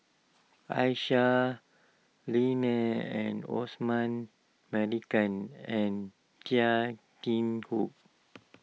Aisyah Lyana and Osman Merican and Chia Keng Hock